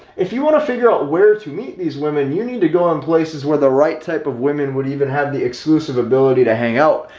if you want to figure out where to meet these women, you need to go on places where the right type of women would even have the exclusive ability to hang out,